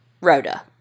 Rhoda